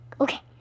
Okay